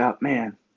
man